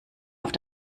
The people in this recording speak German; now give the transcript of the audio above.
auf